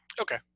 Okay